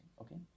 Okay